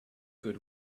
good